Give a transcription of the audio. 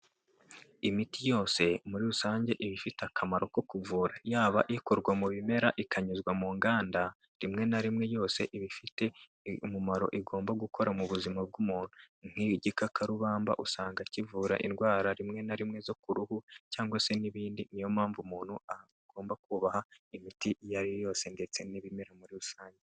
Imiti yose muri rusange iba ifite akamaro ko kuvura, yaba ikorwa mu bimera ikanyuzwa mu nganda, rimwe na rimwe yose iba ifite umumaro igomba gukora mu buzima bw'umuntu. Nk'igikakarubamba usanga kivura indwara rimwe na rimwe zo ku ruhu cyangwa se n'ibindi. Ni yo mpamvu umuntu agomba kubaha imiti iyo ari yo yose ndetse n'ibimera muri rusange.